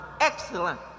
excellent